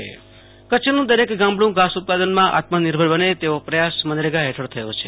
આશુતોષ અંતાણી કચ્છ આત્મનિર્ભર કચ્છનું દરેક ગામડું ઘાસ ઉત્પાદન માં આત્મનિર્ભર બને તેવો પ્રયાસ મનરેગા હેઠળ થયો છે